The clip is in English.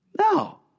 No